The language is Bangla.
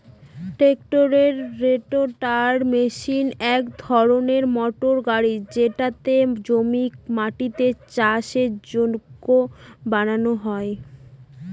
ট্রাক্টরের রোটাটার মেশিন এক ধরনের মোটর গাড়ি যেটাতে জমির মাটিকে চাষের যোগ্য বানানো হয়